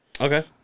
Okay